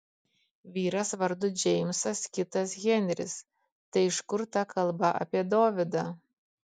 vyras vardu džeimsas kitas henris tai iš kur ta kalba apie dovydą